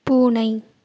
பூனை